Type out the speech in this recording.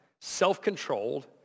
self-controlled